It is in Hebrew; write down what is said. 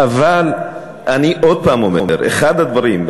אבל אני עוד פעם אומר: אחד הדברים,